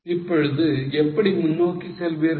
இப்பொழுது எப்படி முன்னோக்கி செல்வீர்கள்